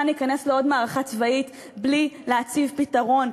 ניכנס לעוד מערכה צבאית בלי להציב פתרון,